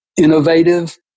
innovative